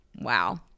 wow